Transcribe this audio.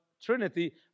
Trinity